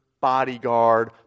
bodyguard